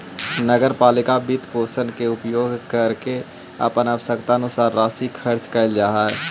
नगर पालिका वित्तपोषण के उपयोग करके अपन आवश्यकतानुसार राशि खर्च कैल जा हई